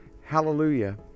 hallelujah